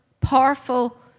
powerful